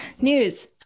News